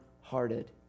hearted